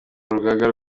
rugaga